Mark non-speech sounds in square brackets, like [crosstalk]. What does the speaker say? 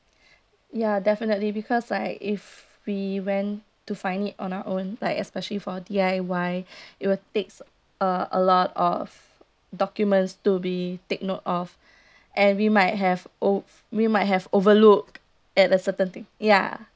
ya definitely because like if we went to find it on our own like especially for D_I_Y [breath] it will takes uh a lot of documents to be take note of and we might have ov~ we might have overlooked at a certain thing ya